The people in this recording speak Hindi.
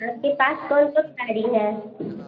आपके पास कौन कौन गाड़ी है